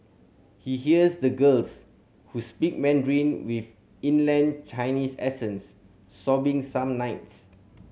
he hears the girls who speak Mandarin with inland Chinese accents sobbing some nights